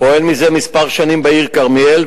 פועל מזה כמה שנים בעיר כרמיאל,